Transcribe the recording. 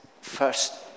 first